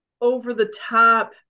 over-the-top